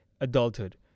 adulthood